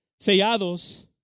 sellados